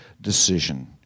decision